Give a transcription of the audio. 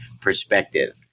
perspective